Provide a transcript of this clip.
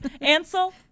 Ansel